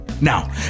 Now